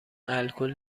الکل